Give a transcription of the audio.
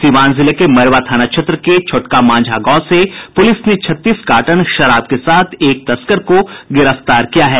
सीवान जिले के मैरवा थाना क्षेत्र के छोटका मांझा गांव से पूलिस ने छत्तीस कार्टन शराब के साथ एक तस्कर को गिरफ्तार किया है